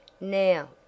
Now